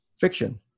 fiction